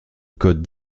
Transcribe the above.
code